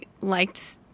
liked